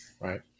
right